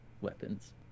weapons